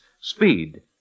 speed